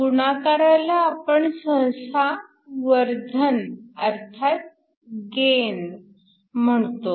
गुणाकाराला आपण सहसा वर्धन अर्थात गेन म्हणतो